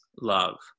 love